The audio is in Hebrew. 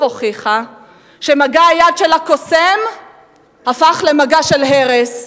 הוכיחה שמגע היד של הקוסם הפך למגע של הרס.